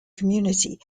community